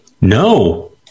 No